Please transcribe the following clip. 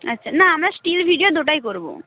আচ্ছা না আমরা স্টিল ভিডিও দুটোই করবো